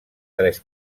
tres